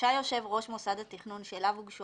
רשאי יושב-ראש מוסד התכנון שאליו הוגשו